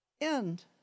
End